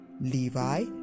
Levi